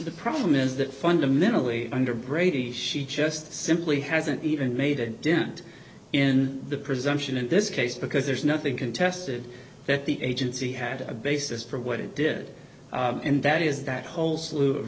the problem is that fundamentally under brady she just simply hasn't even made a dent in the presumption in this case because there's nothing contested that the agency had a basis for what it did and that is that whole slew of